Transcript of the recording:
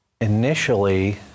initially